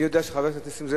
אני יודע שחבר הכנסת זאב,